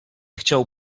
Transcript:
chciał